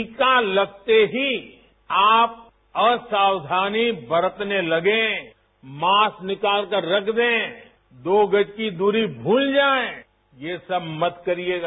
टीका लगते ही आप असवाधानी बरतने लगें मास्क निकालकर रख दे दो गज की दूरी भूल जाएं ये सब मत करिएगा